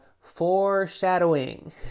foreshadowing